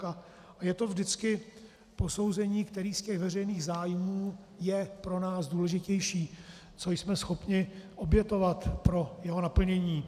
A je to vždycky k posouzení, který z těch veřejných zájmů je pro nás důležitější, co jsme schopni obětovat pro jeho naplnění.